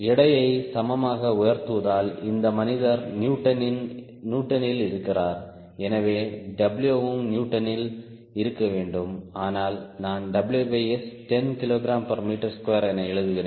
எடையை சமமாக உயர்த்துவதால் இந்த மனிதர் நியூட்டனில் இருக்கிறார் எனவே W யும் நியூட்டனில் இருக்க வேண்டும் ஆனால் நான் WS 10 kgm2 என எழுதுகிறேன்